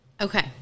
okay